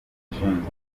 zibishinzwe